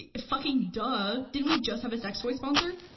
ah fucking duh, didn't we just have a sex toy sponsor?